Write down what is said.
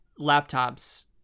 laptops